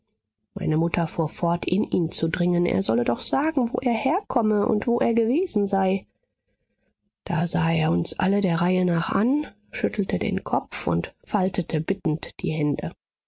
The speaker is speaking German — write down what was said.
meine mutter fuhr fort in ihn zu dringen er solle doch sagen wo er herkomme und wo er gewesen sei da sah er uns alle der reihe nach an schüttelte den kopf und faltete bittend die hände